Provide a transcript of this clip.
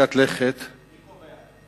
מרחיקת לכת, מי קובע?